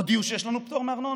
הודיעו שיש לנו פטור מארנונה.